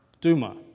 Duma